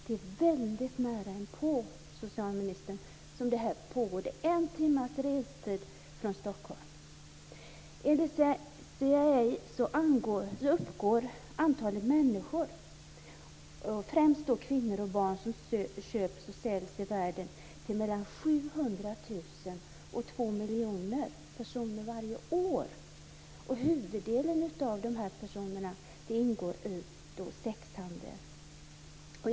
Det här pågår väldigt nära inpå oss, socialministern - en timmes restid från Enligt CIA uppgår antalet människor - främst då kvinnor och barn - som köps och säljs i världen till mellan 700 000 och 2 miljoner per år. Huvuddelen av dessa personer ingår i sexhandeln.